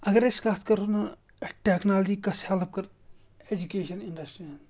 اَگر أسۍ کَتھ کَرو نہٕ ٹٮ۪کنالجی کۄس ہٮ۪لٕپ کٔر اٮ۪جُکیشَن اِنڈَسٹِرٛیَن